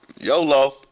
YOLO